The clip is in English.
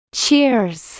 cheers